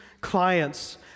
clients